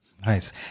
Nice